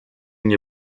nie